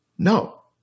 No